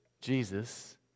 Jesus